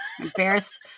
Embarrassed